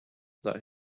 that